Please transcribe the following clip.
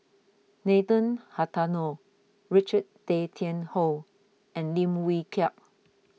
Nathan Richard Tay Tian Hoe and Lim Wee Kiak